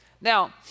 Now